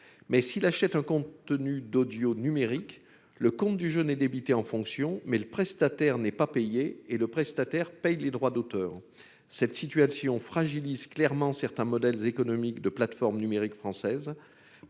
mais s'il achète un compte tenu d'Audio numérique le compte du jeune et débité en fonction mais le prestataire, n'est pas payé et le prestataire payent les droits d'auteur, cette situation fragilise clairement certains modèles économiques de plateformes numériques françaises